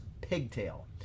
pigtail